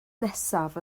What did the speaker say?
nesaf